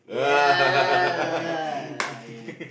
ya